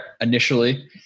initially